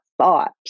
thought